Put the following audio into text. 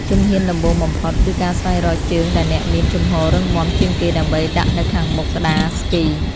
ជំហានដំបូងបំផុត គឺការស្វែងរកជើងដែលអ្នកមានជំហររឹងមាំជាងគេ ដើម្បីដាក់នៅខាងមុខក្ដារស្គី។